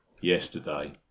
Yesterday